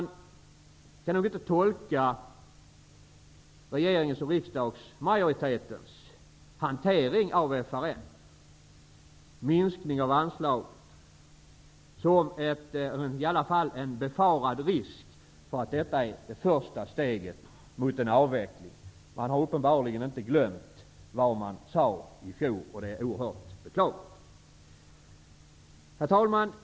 Jag kan nog inte tolka regeringens och riksdagsmajoritetens hantering av frågan om FRN när det gäller minskningen av anslaget annat än som en, åtminstone befarad, risk för ett första steg mot en avveckling. Det som sades i fjol är uppenbarligen inte glömt, vilket är oerhört beklagligt.